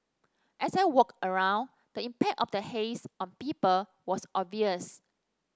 as I walked around the impact of the haze on people was obvious